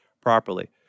properly